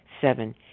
Seven